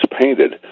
painted